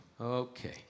Okay